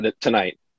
tonight